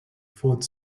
ford